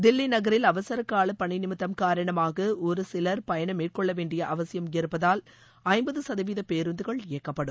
தில்லி நகரில் அவசரக்கால பணி நிமித்தம் ஒரு சிலர் பயணம் மேற்கொள்ள வேண்டிய அவசியம் இருப்பதால் ஐம்பது சதவீத பேருந்துகள் இயக்கப்படும்